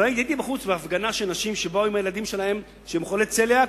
הייתי בחוץ בהפגנה של נשים שבאו עם הילדים שלהן שהם חולי צליאק,